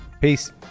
Peace